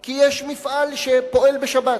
כי יש מפעל שפועל בשבת,